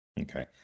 Okay